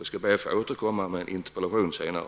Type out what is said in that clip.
Jag skall be att få återkomma med en interpellation senare.